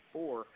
Four